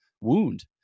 wound